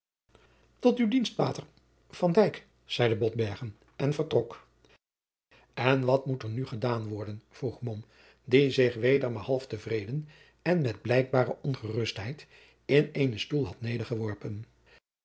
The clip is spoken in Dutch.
tot uw dienst pater van dyk zeide botbergen en vertrok en wat moet er nu gedaan worden vroeg mom die zich weder maar half te vreden en met blijkbare ongerustheid in eenen stoel had